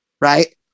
right